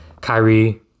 Kyrie